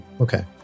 Okay